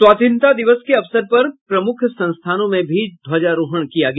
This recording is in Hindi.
स्वाधीनता दिवस के अवसर पर प्रमुख संस्थानों में भी ध्वजारोहण किया गया